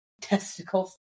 Testicles